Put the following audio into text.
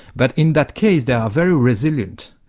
but in that case they are very resilient,